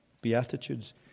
beatitudes